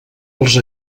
els